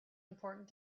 important